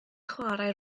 chwarae